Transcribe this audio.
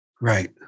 right